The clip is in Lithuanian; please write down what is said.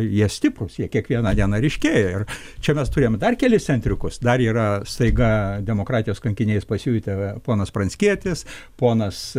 jie stiprūs jie kiekvieną dieną ryškėja ir čia mes turim dar kelis centriukus dar yra staiga demokratijos kankiniais pasijutę ponas pranckietis ponas